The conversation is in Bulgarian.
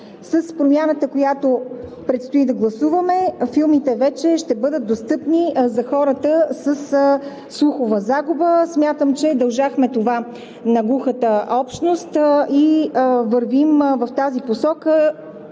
С промяната, която предстои да гласуваме, филмите вече ще бъдат достъпни за хората със слухова загуба. Смятам, че дължахме това на глухата общност и вървим в тази посока